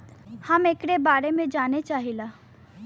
हम एकरे बारे मे जाने चाहीला?